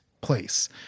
place